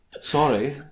sorry